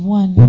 one